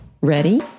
Ready